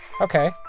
Okay